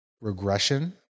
regression